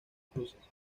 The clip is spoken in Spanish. cruces